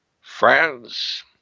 France